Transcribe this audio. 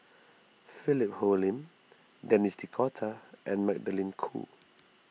Philip Hoalim Denis D'Cotta and Magdalene Khoo